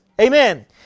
Amen